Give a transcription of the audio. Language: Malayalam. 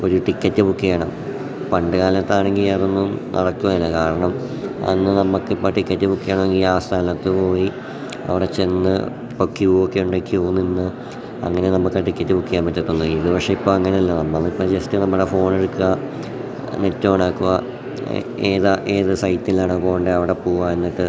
ഒരു ടിക്കറ്റ് ബുക്ക് ചെയ്യണം പണ്ട് കാലത്താണെങ്കിൽ അതൊന്നും നടക്കുകയില്ല കാരണം അന്ന് നമുക്കിപ്പം ടിക്കറ്റ് ബുക്ക് ചെയ്യണമെങ്കിൽ ആ സ്ഥലത്ത് പോയി അവിടെ ചെന്ന് ഇപ്പോൾ ക്യൂ ഒക്കെയുണ്ട് ക്യൂ നിന്ന് അങ്ങനെ നമുക്കാ ടിക്കറ്റ് ബുക്ക് ചെയ്യാൻ പറ്റത്തുളളൂ ഇത് പക്ഷെ ഇപ്പം അങ്ങനെയല്ല നമ്മളിപ്പം ജസ്റ്റ് നമ്മുടെ ഫോണെടുക്കുക നെറ്റോണാക്കുക ഏ ഏതാ ഏത് സൈറ്റിലാണോ പോകേണ്ടേ അവിടെ പോകാ എന്നിട്ട്